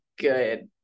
good